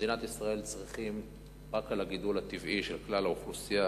במדינת ישראל צריכים רק בשביל הגידול הטבעי של כלל האוכלוסייה